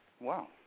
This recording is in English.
Wow